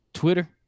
Twitter